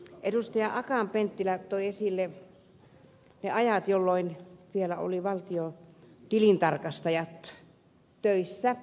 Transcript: akaan penttilä toi esille ne ajat jolloin valtiontilintarkastajat olivat vielä töissä